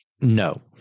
no